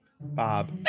Bob